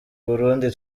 burundi